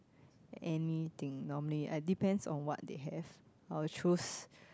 anything normally I depends on what they have I'll choose